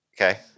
Okay